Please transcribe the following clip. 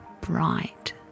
bright